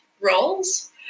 roles